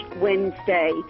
Wednesday